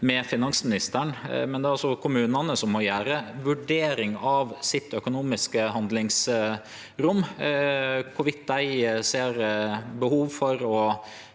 med finansministeren, men det er altså kommunane som må gjere ei vurdering av sitt økonomiske handlingsrom. Om dei ser behov for å